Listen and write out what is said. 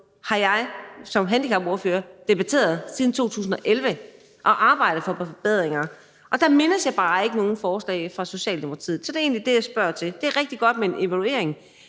har jeg som handicapordfører debatteret siden 2011 og arbejdet for forbedringer for, og der mindes jeg bare ikke nogen forslag fra Socialdemokratiet. Så det er egentlig det, jeg spørger til. Det er rigtig godt med en evaluering,